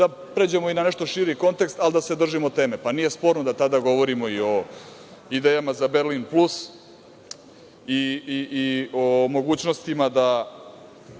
da pređemo i na nešto širi kontekst, ali da se držimo teme, pa nije sporno da govorimo i o idejama za „Berlin plus“ i o mogućnostima da